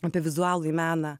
apie vizualųjį meną